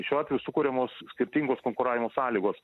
šiuo atveju sukuriamos skirtingos konkuravimo sąlygos